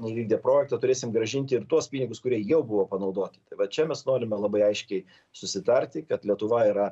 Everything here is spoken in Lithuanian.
neįvykdę projekto turėsim grąžinti ir tuos pinigus kurie jau buvo panaudoti tai va čia mes norime labai aiškiai susitarti kad lietuva yra